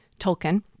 Tolkien